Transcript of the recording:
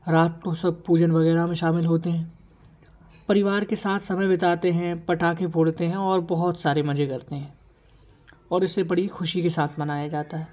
रात को सब पूजन वगैरह में शामिल होते हैं परिवार के साथ समय बिताते हैं पटाखे फोड़ते हैं और बहुत सारे मज़े करते हैं और इसे बड़ी खुशी के साथ मनाया जाता है